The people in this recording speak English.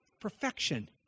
perfection